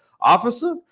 Officer